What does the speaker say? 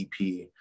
ep